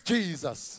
Jesus